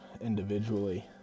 individually